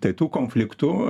tai tų konfliktų